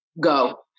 go